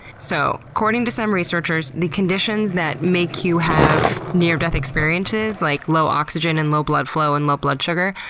so according to some researchers, the conditions that make you have near death experiences, like low oxygen, and low blood flow, and low blood sugar,